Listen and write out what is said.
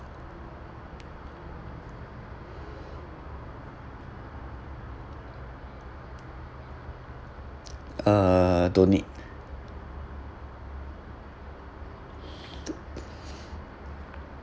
uh don't need